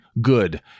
good